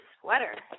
sweater